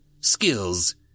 Skills